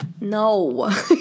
No